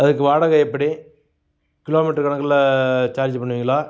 அதுக்கு வாடகை எப்படி கிலோ மீட்டர் கணக்கில் சார்ஜ் பண்ணுவீங்களா